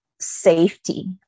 safety